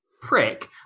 prick